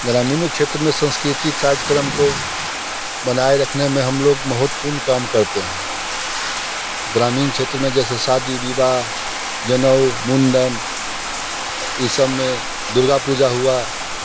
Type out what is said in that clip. ग्रामीण क्षेत्र में संस्कृति काज़क्रम को बनाए रखने में हम लोग महत्वपूर्ण काम करते हैं ग्रामीण क्षेत्र में जैसे शादी विवाह जनेऊ मुंडन इस सब में दुर्गा पूजा हुआ